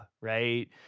Right